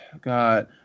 God